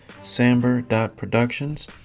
samber.productions